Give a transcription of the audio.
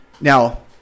Now